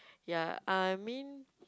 ya I mean